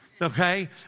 okay